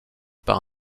par